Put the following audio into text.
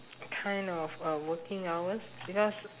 kind of uh working hours because